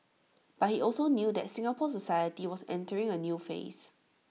but he also knew that Singapore society was entering A new phase